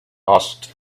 asked